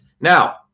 Now